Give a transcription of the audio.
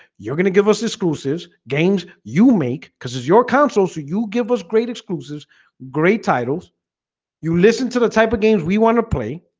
you're gonna give us this cluesive games you make cuz it's your console so you give those great exclusives great titles you listen to the type of games we want to play